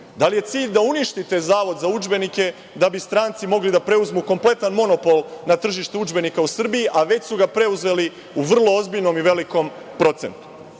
Da li je cilj da uništite Zavod za udžbenike da bi stranci mogli da preuzmu kompletan monopol na tržištu udžbenika u Srbiji, a već su ga preuzeli u vrlo ozbiljnom i velikom procentu.I,